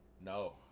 No